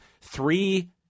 three